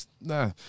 Nah